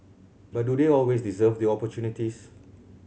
but do they always deserve the opportunities